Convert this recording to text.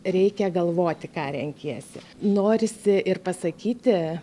reikia galvoti ką renkiesi norisi ir pasakyti